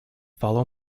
follow